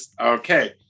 Okay